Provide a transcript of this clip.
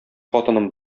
хатыным